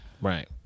Right